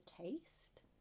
taste